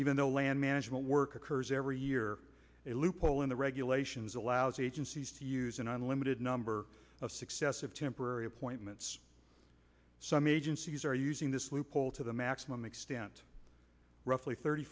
even though land management work occurs every year a loophole in the regulations allows agencies to use an unlimited number of successive temporary appointments some agencies are using this loophole to the maximum extent roughly thirty